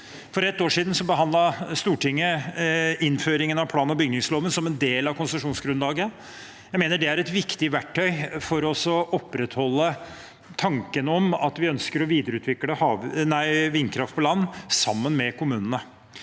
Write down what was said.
For et år siden behandlet Stortinget innføring av plan- og bygningsloven som en del av konsesjonsgrunnlaget. Jeg mener det er et viktig verktøy for å opprettholde tanken om at vi ønsker å videreutvikle vindkraft på land sammen med kommunene.